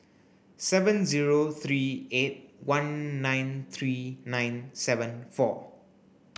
seven zero three eight one nine three nine seven four